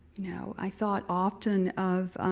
know, i thought often of